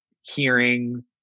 hearing